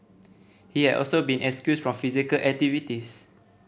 he had also been excused from physical activities